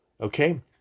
Okay